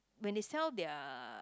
when they sell their